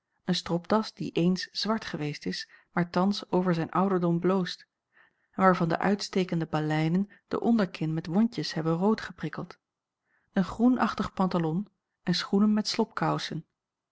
een stropdas die eens zwart geweest is maar thans over zijn ouderdom bloost en waarvan de uitstekende baleinen de onderkin met wondjes hebben roodgeprikkeld een groenachtige pantalon en schoenen met